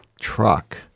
truck